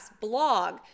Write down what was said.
blog